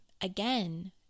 again